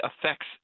affects